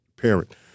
parent